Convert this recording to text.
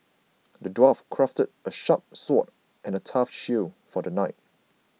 the dwarf crafted a sharp sword and a tough shield for the knight